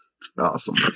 Awesome